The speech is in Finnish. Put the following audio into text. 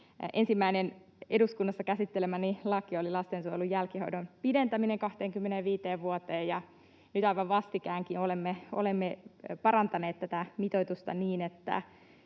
Ensimmäinen eduskunnassa käsittelemäni laki oli lastensuojelun jälkihoidon pidentäminen 25 vuoteen, ja nyt aivan vastikään olemme parantaneet tätä mitoitusta niin,